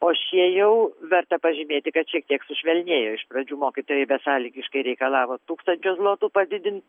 o šie jau verta pažymėti kad šiek tiek sušvelnėjo iš pradžių mokytojai besąlygiškai reikalavo tūkstančiu zlotų padidin